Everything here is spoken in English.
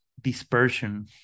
dispersion